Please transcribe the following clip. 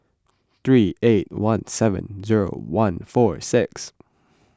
three eight one seven zero one four six